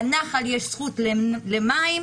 לנחל יש זכות למים,